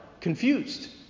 confused